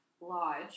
lodge